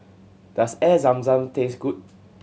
does Air Zam Zam taste good